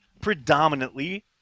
predominantly